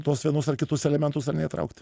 tuos vienus ar kitus elementus ar ne įtraukti